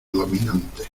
dominante